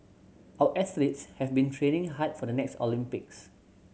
our athletes have been training hard for the next Olympics